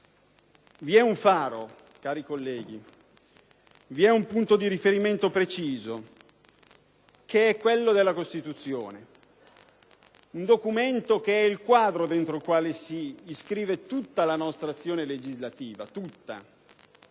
Vi è un faro, cari colleghi, un punto di riferimento preciso: la nostra Costituzione, un documento che rappresenta il quadro entro il quale si iscrive tutta la nostra azione legislativa, un